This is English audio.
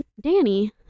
Danny